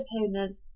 opponent